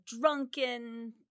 drunken